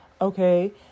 okay